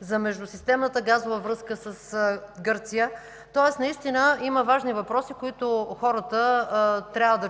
за междусистемната газова връзка с Гърция. Наистина има важни въпроси, по които хората трябва